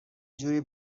جوری